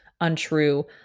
untrue